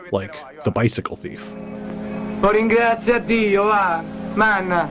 like the bicycle thief putting yeah that the yeah ah man ah